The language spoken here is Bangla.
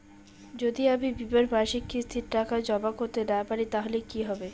যদি আমি বীমার মাসিক কিস্তির টাকা জমা করতে না পারি তাহলে কি হবে?